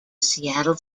seattle